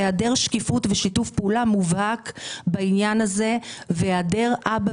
היעדר שקיפות ושיתוף פעולה בעניין הזה והיעדר אבא